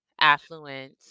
affluent